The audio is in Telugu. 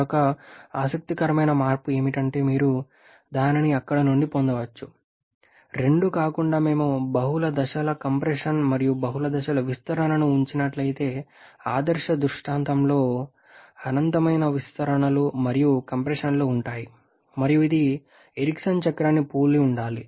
మరొక ఆసక్తికరమైన మార్పు ఏమిటంటే మీరు దానిని అక్కడ నుండి పొందవచ్చు రెండు కాకుండా మేము బహుళ దశల కంప్రెషన్ మరియు బహుళ దశల విస్తరణను ఉంచినట్లయితే ఆదర్శ దృష్టాంతంలో అనంతమైన విస్తరణలు మరియు కంప్రెషన్ లు ఉంటాయి మరియు ఇది ఎరిక్సన్ చక్రాన్ని పోలి ఉండాలి